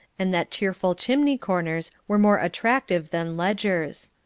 and that cheerful chimney-corners were more attractive than ledgers.